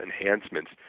enhancements